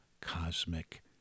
cosmic